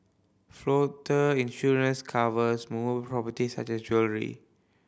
floater insurance covers movable properties such as jewellery